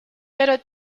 pero